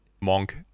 monk